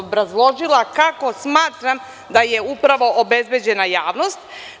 Obrazložila sam kako smatram da je upravo obezbeđena javnost.